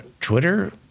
Twitter